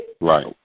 Right